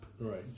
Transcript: Right